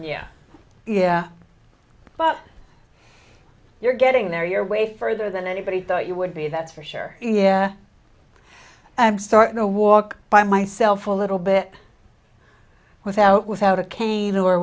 yeah yeah but you're getting there you're way further than anybody thought you would be that's for sure i'm starting a walk by myself a little bit without without a cane or